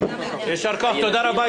יישר כוח, תודה רבה.